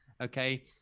Okay